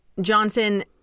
Johnson